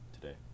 today